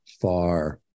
far